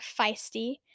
feisty